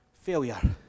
failure